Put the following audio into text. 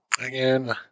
Again